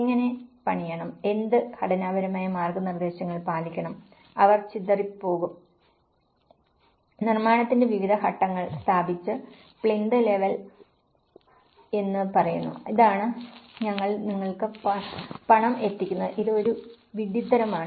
എങ്ങനെ പണിയണം എന്ത് ഘടനാപരമായ മാർഗ്ഗനിർദ്ദേശങ്ങൾ പാലിക്കണം അവർ ചിതറിപ്പോകും നിർമ്മാണത്തിന്റെ വിവിധ ഘട്ടങ്ങൾ സ്ഥാപിച്ച് പ്ലിന്ത് ലെവൽ എന്ന് പറയുന്നു ഇതാണ് ഞങ്ങൾ നിങ്ങൾക്ക് പണം എത്തിക്കുന്നത് ഇത് ഒരു വിഡ്ഢിത്തമാണ്